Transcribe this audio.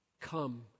Come